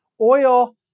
Oil